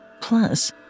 Plus